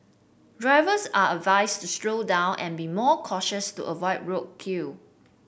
drivers are advised to slow down and be more cautious to avoid roadkill